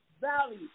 valley